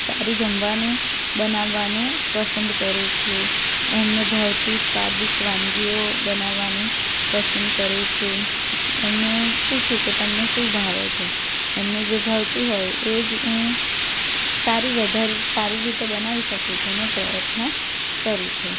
સારું જમવાનું બનાવવાનું પસંદ કરું છું એમને ભાવતી સ્વાદિષ્ટ વાનગીઓ બનાવવાનું પસંદ કરું છું એમને પૂછું કે તમને શું ભાવે છે એમને જે ભાવતું હોય એ જ હું સારી વધારે રીતે બનાવી શકું તેનો પ્રયત્ન કરું છું